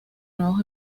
nuevos